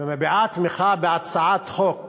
ומביעה תמיכה בהצעת חוק